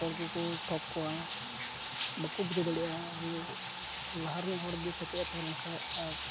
ᱦᱚᱲ ᱠᱚᱠᱚ ᱴᱷᱚᱜ ᱠᱚᱣᱟ ᱵᱟᱠᱚ ᱵᱩᱡᱷᱟᱹᱣ ᱫᱟᱲᱮᱭᱟᱜᱼᱟ ᱡᱮ ᱞᱟᱦᱟᱨᱮᱱ ᱦᱚᱲ ᱜᱮ ᱥᱮᱮᱫ ᱮ ᱛᱟᱦᱮᱸ ᱞᱮᱱ ᱠᱷᱟᱡ ᱟᱨ